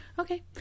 Okay